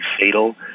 fatal